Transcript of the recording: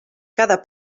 cada